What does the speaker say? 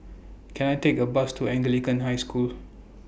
Can I Take A Bus to Anglican High School